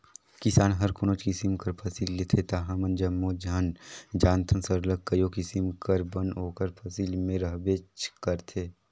किसान हर कोनोच किसिम कर फसिल लेथे ता हमन जम्मो झन जानथन सरलग कइयो किसिम कर बन ओकर फसिल में रहबेच करथे